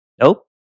Nope